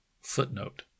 Footnote